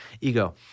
Ego